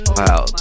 wow